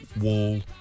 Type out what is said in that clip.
wall